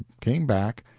came back,